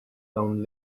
dawn